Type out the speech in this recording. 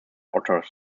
otters